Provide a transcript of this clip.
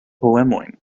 poemojn